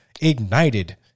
ignited